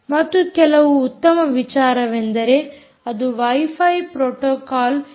ಮತ್ತು ಕೆಲವು ಉತ್ತಮ ವಿಚಾರವೆಂದರೆ ಅದು ವೈಫೈ ಪ್ರೋಟೋಕಾಲ್ 802